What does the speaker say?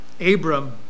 Abram